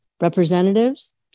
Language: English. representatives